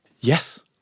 Yes